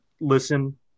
listen